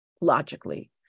logically